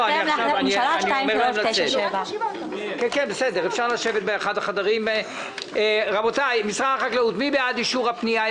בהתאם להחלטת ממשלה מס' 2397. מי בעד אישור הפניות?